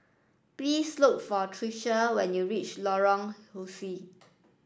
please look for Trisha when you reach Lorong